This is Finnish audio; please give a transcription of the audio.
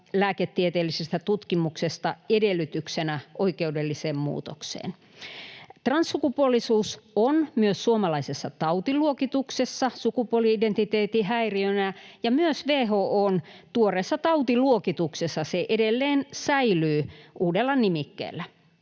lääketieteellisestä tutkimuksesta edellytyksenä oikeudelliseen muutokseen. Transsukupuolisuus on myös suomalaisessa tautiluokituksessa sukupuoli-identiteetin häiriönä, ja myös WHO:n tuoreessa tautiluokituksessa se edelleen säilyy uudella nimikkeellä.